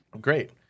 Great